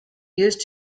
used